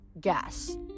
gas